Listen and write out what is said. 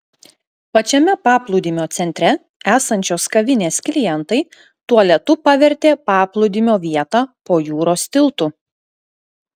pačiame paplūdimio centre esančios kavinės klientai tualetu pavertė paplūdimio vietą po jūros tiltu